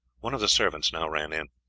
one of the servants now ran in.